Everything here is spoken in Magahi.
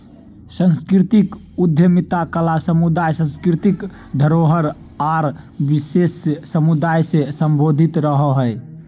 सांस्कृतिक उद्यमिता कला समुदाय, सांस्कृतिक धरोहर आर विशेष समुदाय से सम्बंधित रहो हय